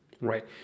Right